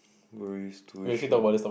Morris-tuition